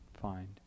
find